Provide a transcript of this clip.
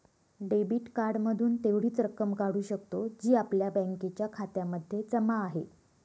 debit card मधून तेवढीच रक्कम काढू शकतो, जी आपल्या बँकेच्या खात्यामध्ये जमा आहे